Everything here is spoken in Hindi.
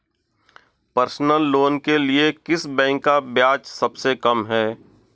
पर्सनल लोंन के लिए किस बैंक का ब्याज सबसे कम है?